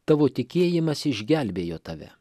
tavo tikėjimas išgelbėjo tave